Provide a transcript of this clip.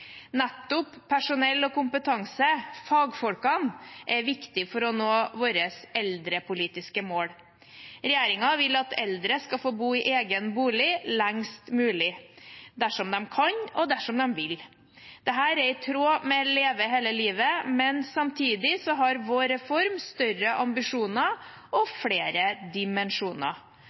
Nettopp personell og kompetanse – fagfolkene – er viktig for å nå våre eldrepolitiske mål. Regjeringen vil at eldre skal få bo i egen bolig lengst mulig – dersom de kan, og dersom de vil. Dette er i tråd med Leve hele livet, men samtidig har vår reform større ambisjoner og flere dimensjoner.